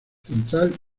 central